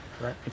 Right